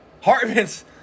Hartman's